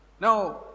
Now